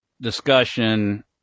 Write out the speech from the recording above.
discussion